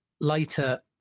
later